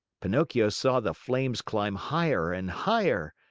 pinocchio saw the flames climb higher and higher.